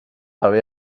haver